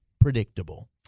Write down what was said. predictable